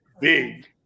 big